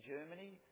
Germany